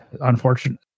unfortunate